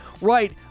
Right